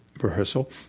rehearsal